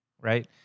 right